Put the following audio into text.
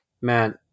man